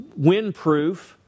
windproof